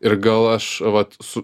ir gal aš vat su